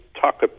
talk